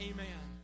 Amen